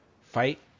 Fight